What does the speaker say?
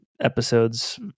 episodes